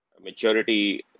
maturity